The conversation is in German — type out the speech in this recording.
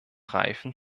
reifen